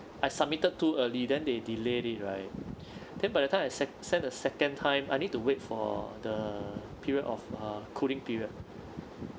I submitted too early then they delayed it right then by the time I set send a second time I need to wait for the period of uh cooling period